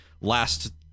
last